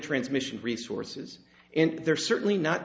transmission resources and they're certainly not